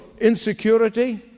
insecurity